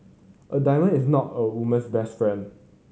a diamond is not a woman's best friend